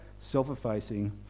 self-effacing